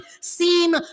seem